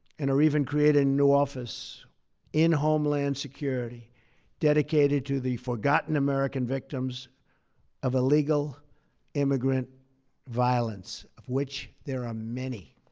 and we've even created a new office in homeland security dedicated to the forgotten american victims of illegal immigrant violence, of which there are many.